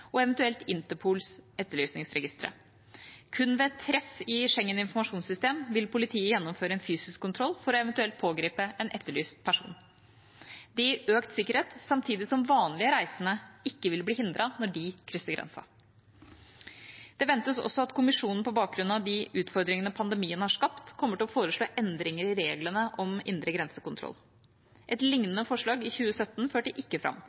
og eventuelt Interpols etterlysningsregistre. Kun ved et treff i Schengens informasjonssystem vil politiet gjennomføre en fysisk kontroll for eventuelt å pågripe en etterlyst person. Det vil gi økt sikkerhet, samtidig som vanlig reisende ikke vil bli hindret når de krysser grensen. Det ventes også at Kommisjonen på bakgrunn av de utfordringene pandemien har skapt, kommer til å foreslå endringer i reglene om indre grensekontroll. Et liknende forslag i 2017 førte ikke fram.